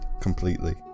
completely